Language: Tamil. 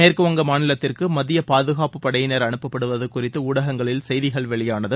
மேற்குவங்க மாநிலத்திற்கு மத்திய பாதுகாப்பு படையினர் அனுப்பப்படுவது குறித்து ஊடகங்களில் செய்திகள் வெளியானது